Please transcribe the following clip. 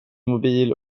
mobil